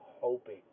hoping